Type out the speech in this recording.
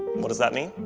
what does that mean?